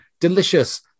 delicious